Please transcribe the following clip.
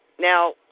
Now